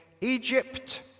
Egypt